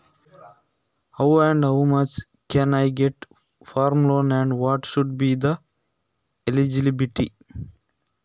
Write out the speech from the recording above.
ನನಗೆ ಕೃಷಿ ಸಾಲ ಹೇಗೆ ಮತ್ತು ಎಷ್ಟು ಸಿಗುತ್ತದೆ ಹಾಗೂ ಅದಕ್ಕೆ ಏನು ಅರ್ಹತೆ ಇರಬೇಕು?